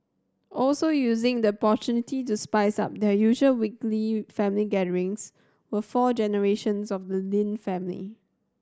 also using the opportunity to spice up their usual weekly family gatherings were four generations of the Lin family